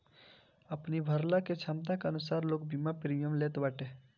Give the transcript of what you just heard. अपनी भरला के छमता के अनुसार लोग बीमा प्रीमियम लेत बाटे